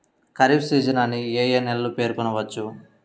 Kharif season అని ఏ ఏ నెలలను పేర్కొనవచ్చు?